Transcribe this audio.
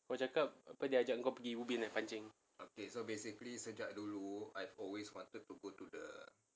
kau cakap apa dia ajak kau gi ubi eh gi pancing